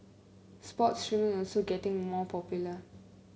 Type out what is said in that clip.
sports streaming is also getting more popular